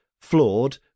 flawed